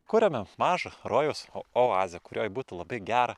kuriame mažą rojaus oazę kurioj būtų labai gera